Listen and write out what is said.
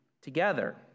together